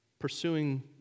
pursuing